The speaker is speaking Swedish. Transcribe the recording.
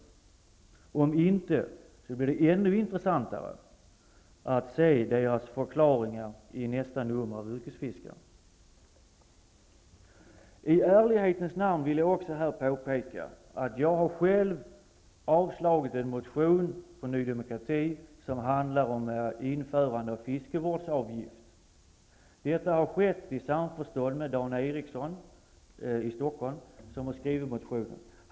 Om inte blir det ännu intressantare att se deras förklaringar i nästa nummer av Yrkesfiskaren. I ärlighetens namn vill jag påpeka att jag själv har avslagit en motion från Ny demokrati, som handlar om införande av fiskevårdsavgift. Detta har skett i samförstånd med Dan Eriksson som har skrivit motionen.